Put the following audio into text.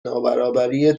نابرابری